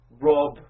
Rob